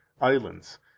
islands